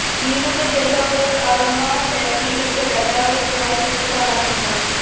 नींबू के तेल का उपयोग अरोमाथेरेपी में किया जाता है और इस प्रकार शरीर को आराम मिलता है